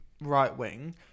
right-wing